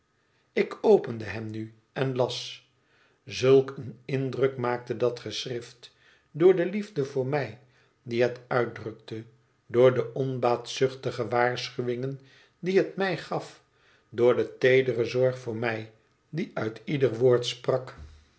ik opende hem nu en las zulk een indruk maakte dat geschrift door de liefde voor mij die het uitdrukte door de onbaatzuchtige waarschuwingen die het mij gaf door de teedere zorg voor mij die uit ieder woord sprak